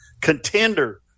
contender